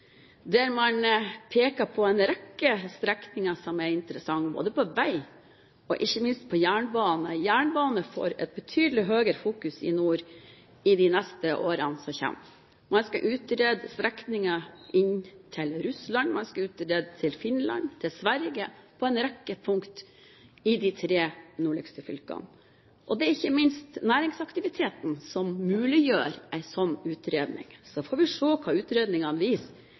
Der peker man på en rekke strekninger som er interessante, både på vei og ikke minst på jernbane. Jernbanen får et betydelig høyere fokus i nord i årene som kommer. Man skal utrede strekningen inn til Russland, og man skal utrede til Finland og Sverige, på en rekke punkter i de tre nordligste fylkene. Ikke minst næringsaktiviteten muliggjør en slik utredning. Så får vi se hva utredningen viser.